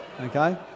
Okay